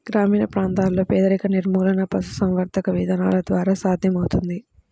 గ్రామీణ ప్రాంతాలలో పేదరిక నిర్మూలన పశుసంవర్ధక విధానాల ద్వారా సాధ్యమవుతుంది